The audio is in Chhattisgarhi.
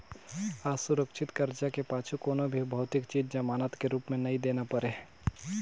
असुरक्छित करजा के पाछू कोनो भी भौतिक चीच जमानत के रूप मे नई देना परे